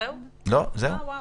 קודם כול,